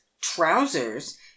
trousers